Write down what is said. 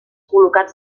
col·locats